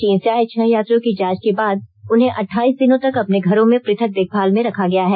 चीन से आए छह यात्रियों की जांच के बाद उन्हें अठाईस दिनों तक अपने घरों में पृथक देखभाल में रखा गया है